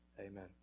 Amen